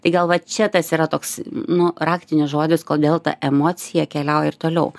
tai gal va čia tas yra toks nu raktinis žodis kodėl ta emocija keliauja ir toliau